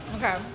Okay